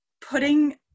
putting